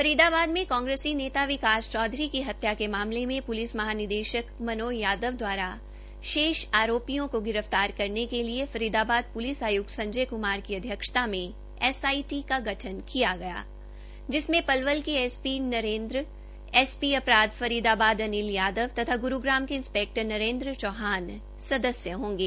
फरीदाबाद में कांग्रेसी नेता विकास चौधरी की हत्या के मामले में पुलिस महानिदेशक मनोज यादव द्वारा शेष आरोपियों को गिरफतार करने के लिए फरीदाबाद पुलिस आयुक्त संजय कुमार की अध्यक्षता में एसआईटी का गठन किया गया है जिसमें पलवल के एसपी नरेन्द्र बिजरनिया एसीपी अपराध फरीदाबाद अनिल यादव तथा गुरूग्राम के इंस्पेक्टर नरेन्द्र चौहान सदस्य होंगे